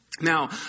Now